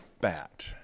bat